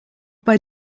bei